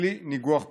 לכלי ניגוח פוליטי,